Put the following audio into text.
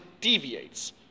deviates